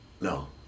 no